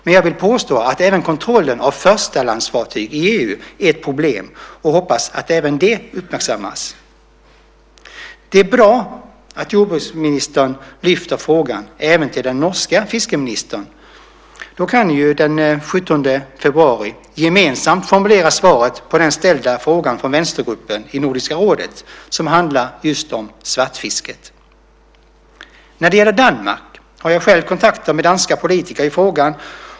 Men jag vill påstå att även kontrollen av förstalandsfartyg i EU är ett problem och hoppas att även det uppmärksammas. Det är bra att jordbruksministern lyfter fram frågan även till den norska fiskeministern. Då kan ni ju den 17 februari gemensamt formulera svaret på den ställda frågan från vänstergruppen i Nordiska rådet som handlar just om svartfisket. När det gäller Danmark har jag själv kontakt med danska politiker i frågan.